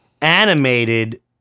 animated